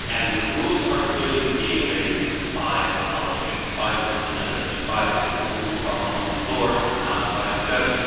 and the rules are clearly being made by the politicians, by the senators, by the people who are on the floor and not by the judge,